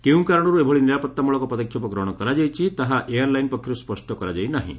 କେଉଁ କାରଣରୁ ଏଭଳି ନିରାପତ୍ତାମୂଳକ ପଦକ୍ଷେପ ଗ୍ରହଣ କରାଯାଇଛି ତାହା ଏୟାର୍ ଲାଇନ୍ ପକ୍ଷର୍ ସ୍ୱଷ୍ଟ କରାଯାଇ ନାହିଁ